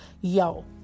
yo